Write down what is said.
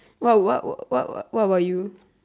what what what what what about you